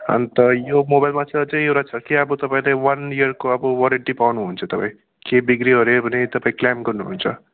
अन्त यो मोबाइलमा चाहिँ अझै एउटा छ कि अब तपाईँले वान इयरको अब वारेन्टी पाउनुहुन्छ तपाईँ के बिग्रियो ओऱ्यो भने तपाईँ क्लेम गर्नुहुन्छ